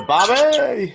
Bobby